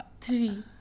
Three